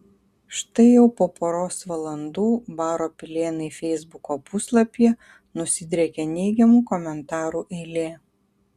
štai jau po poros valandų baro pilėnai feisbuko puslapyje nusidriekė neigiamų komentarų eilė